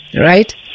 right